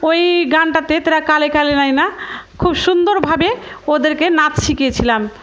ওই গানটাতে তারা কালে কালে ন্যায়না খুব সুন্দরভাবে ওদেরকে নাচ শিখিয়েছিলাম